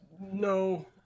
No